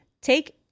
take